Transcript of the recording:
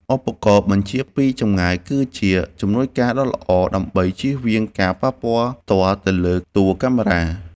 ឧបករណ៍បញ្ជាពីចម្ងាយគឺជាជំនួយការដ៏ល្អដើម្បីជៀសវាងការប៉ះពាល់ផ្ទាល់ទៅលើតួកាមេរ៉ា។